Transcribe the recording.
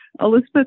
Elizabeth